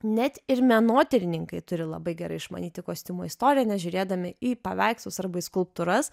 net ir menotyrininkai turi labai gerai išmanyti kostiumo istoriją nes žiūrėdami į paveikslus arba į skulptūras